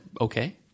okay